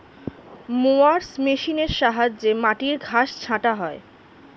mowers মেশিনের সাহায্যে মাটির ঘাস ছাঁটা হয়